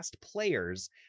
players